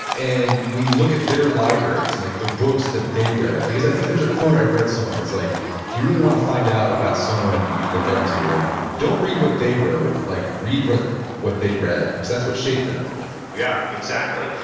and we look at their libraries and like the books that they read. because i think there's a quote i read somewhere. it's like if you really want to find out about someone you look up to, like don't read what they wrote, like read read what they read because that's what shaped them yeah, exactly.